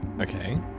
Okay